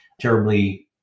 terribly